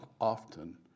often